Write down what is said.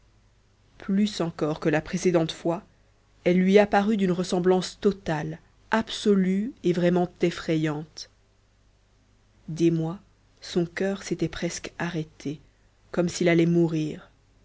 plus encore que la précédente fois elle lui apparut d'une ressemblance totale absolue et vraiment effrayante d'émoi son coeur s'était presque arrêté comme s'il allait mourir